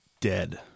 dead